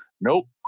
Nope